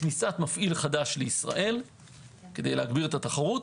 כניסת מפעיל חדש לישראל כדי להגביר את התחרות